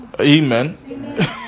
Amen